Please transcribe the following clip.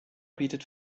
bietet